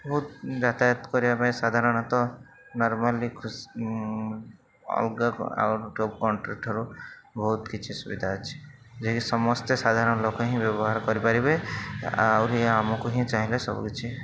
ବହୁତ ଯାତାୟାତ କରିବା ପାଇଁ ସାଧାରଣତଃ ନର୍ମାଲି ଅଲଗା ଆଉଟ୍ ଅଫ୍ କଣ୍ଟ୍ରି ଠାରୁ ବହୁତ କିଛି ସୁବିଧା ଅଛି ଯେ କି ସମସ୍ତେ ସାଧାରଣ ଲୋକ ହିଁ ବ୍ୟବହାର କରିପାରିବେ ଆହୁରି ଆମକୁ ହିଁ ଚାହିଁଲେ ସବୁ କିଛି